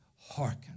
hearken